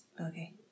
Okay